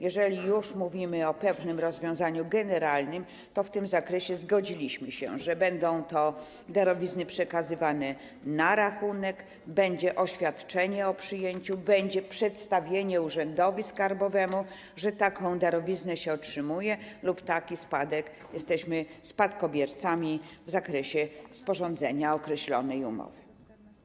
Jeżeli już mówimy o pewnym rozwiązaniu generalnym, to w tym zakresie zgodziliśmy się, że będą to darowizny przekazywane na rachunek, będzie oświadczenie o przyjęciu, będzie przedstawienie urzędowi skarbowemu, że taką darowiznę się otrzymuje, lub taki spadek, że jesteśmy spadkobiercami, chodzi o sporządzenie określonej umowy.